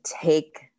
take